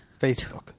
Facebook